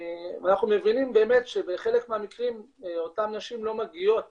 אנחנו מבינים באמת שבחלק מהמקרים אותן נשים לא מגיעות